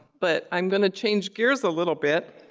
but, i'm gonna change gears a little bit.